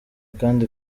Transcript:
kandi